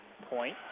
point